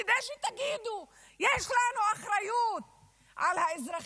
כדי שתגידו שיש אחריות על האזרחים?